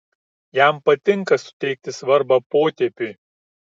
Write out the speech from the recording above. jam patinka suteikti svarbą potėpiui